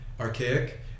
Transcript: archaic